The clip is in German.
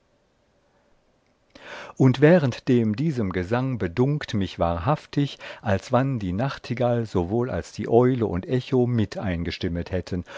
oben unter währendem diesem gesang bedunkt mich wahrhaftig als wann die nachtigall sowohl als die eule und echo mit eingestimmet hätten